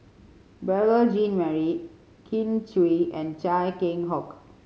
Beurel Jean Marie Kin Chui and Chia Keng Hock